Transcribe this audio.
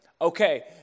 Okay